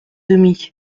demie